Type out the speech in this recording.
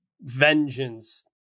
Vengeance